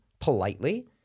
politely